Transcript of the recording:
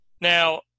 Now